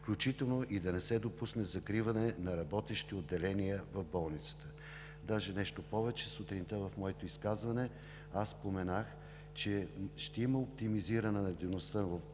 включително и да не се допусне закриване на работещи отделения в болницата. Даже нещо повече, сутринта в моето изказване споменах, че ще има оптимизиране на дейността